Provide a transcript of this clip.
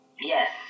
yes